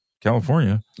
California